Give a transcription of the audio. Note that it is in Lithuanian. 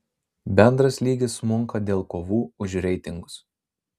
bendras lygis smunka dėl kovų už reitingus